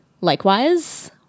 Likewise